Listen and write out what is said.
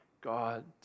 God